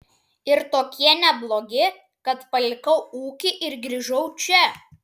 ir tokie neblogi kad palikau ūkį ir grįžau čia